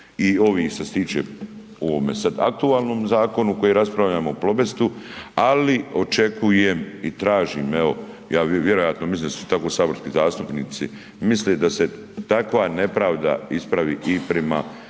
i ovi što se tiče u ovome sada aktualnom zakonu o kojem raspravljamo „Plobestu“, ali očekujem i tražim, evo ja vjerojatno mislim da su tako saborski zastupnici misle da se takva nepravda ispravi i prema